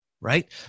right